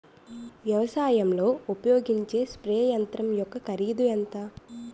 వ్యవసాయం లో ఉపయోగించే స్ప్రే యంత్రం యెక్క కరిదు ఎంత?